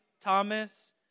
Thomas